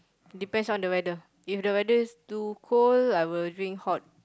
depends on the weather if the weather too cold I will drink hot